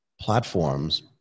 platforms